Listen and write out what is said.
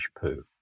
poo